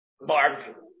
mark